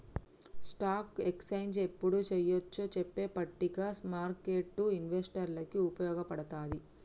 stock exchange యెప్పుడు చెయ్యొచ్చో చెప్పే పట్టిక స్మార్కెట్టు ఇన్వెస్టర్లకి వుపయోగపడతది